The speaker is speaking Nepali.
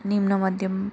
निम्न मध्यम्